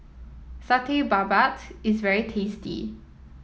Satay Babat is very tasty